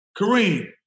Kareem